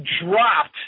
dropped